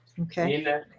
okay